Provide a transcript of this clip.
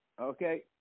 Okay